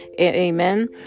amen